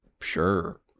sure